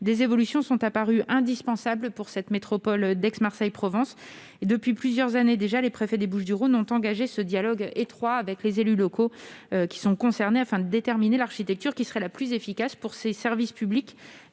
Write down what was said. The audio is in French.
des évolutions sont apparues indispensables pour la métropole d'Aix-Marseille-Provence. Depuis plusieurs années déjà, les préfets des Bouches-du-Rhône ont engagé un dialogue étroit avec les élus locaux concernés, afin de déterminer l'architecture la plus efficace pour des services publics